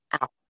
out